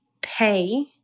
Pay